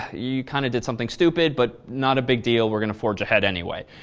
you kind of did something stupid but not a big deal we're going to forge ahead anyway.